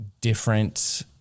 Different